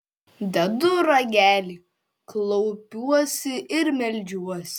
dedu ragelį klaupiuosi ir meldžiuosi